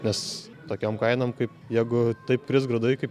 nes tokiom kainom kaip jeigu taip kris grūdai kaip